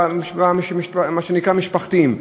מה שנקרא משפחתיים,